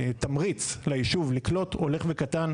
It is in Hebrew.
התמריץ ליישוב לקלוט הולך וקטן,